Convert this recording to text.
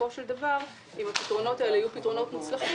בסופו של דבר אם הפתרונות האלה יהיו מוצלחים